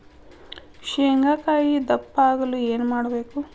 ಶೇಂಗಾಕಾಯಿ ದಪ್ಪ ಆಗಲು ಏನು ಮಾಡಬೇಕು?